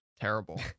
terrible